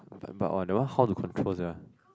but but !wah! that one how to control sia